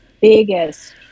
biggest